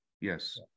yes